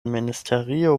ministerio